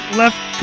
left